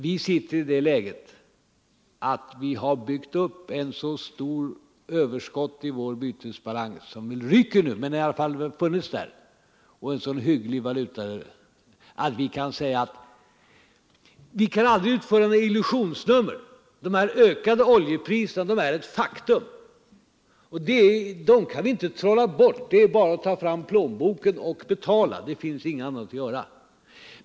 Vi i vårt land däremot är i det läget att vi byggt upp ett stort överskott i vår bytesbalans — det ryker väl nu men det har i alla fall funnits där — och en så hygglig valutareserv att vi kan säga: Vi kan inte utföra några illusionsnummer; de höjda oljepriserna är ett faktum. Vi kan inte trolla bort dem. Vi har bara att ta fram plånboken och betala. Det är ingenting annat att göra.